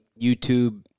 YouTube